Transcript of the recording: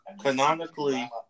Canonically